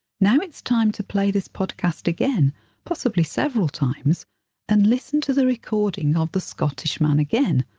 now it's time to play this podcast again possibly several times and listen to the recording of the scottish man again.